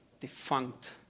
defunct